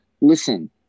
listen